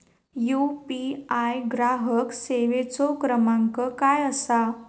UPI ग्राहक सेवेचो क्रमांक काय असा?